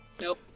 Nope